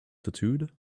tattooed